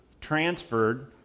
transferred